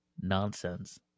Nonsense